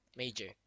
major